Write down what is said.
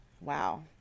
Wow